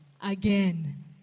again